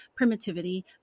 primitivity